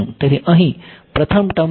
તેથી અહીં પ્રથમ ટર્મ